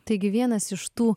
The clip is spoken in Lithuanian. taigi vienas iš tų